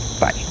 Bye